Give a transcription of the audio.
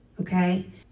okay